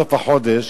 בסוף החודש,